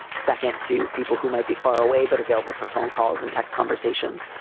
second, to people who might be far away but available for phone calls and text conversations.